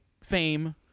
fame